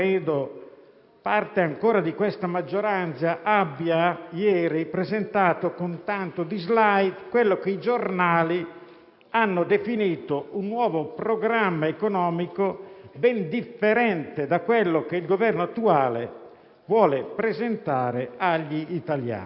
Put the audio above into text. parte di questa maggioranza, ieri abbia presentato, con tanto di *slide*, quello che i giornali hanno definito un nuovo programma economico, ben differente da quello che il Governo attuale vuole presentare agli italiani.